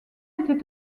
était